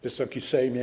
Wysoki Sejmie!